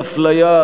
אי-אפליה,